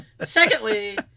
Secondly